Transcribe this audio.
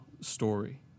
story